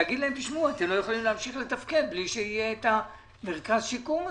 להגיד להם: אתם לא יכולים להמשיך לתפקד בלי שיהיה מרכז השיקום הזה.